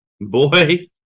boy